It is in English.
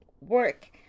work